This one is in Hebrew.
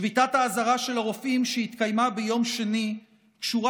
שביתת האזהרה של הרופאים שהתקיימה ביום שני קשורה